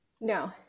No